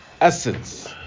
essence